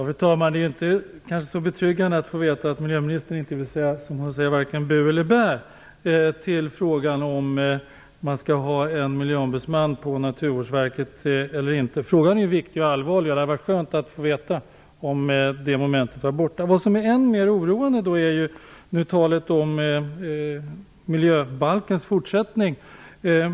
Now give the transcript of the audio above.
Fru talman! Det är inte så betryggande att få veta att miljöministern inte säger vare sig bu eller bä i frågan om man skall ha en miljöombudsman på Naturvårdsverket eller inte. Frågan är viktig och allvarlig, och det hade varit skönt att få veta om det förslaget är avfört. Än mer oroande är talet om fortsättningen av arbetet med miljöbalken.